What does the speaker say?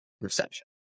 reception